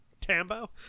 Tambo